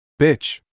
Bitch